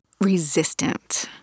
resistant